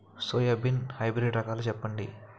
Soybean hybrid రకాలను చెప్పండి?